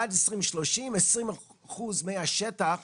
עד 2030 20 אחוזים מהשטח